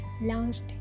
launched